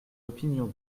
opinion